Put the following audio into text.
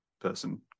person